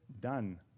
Done